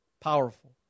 Powerful